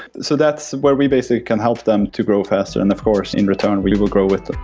so that's where we basically can help them to grow faster. and of course, in return, we will grow with it.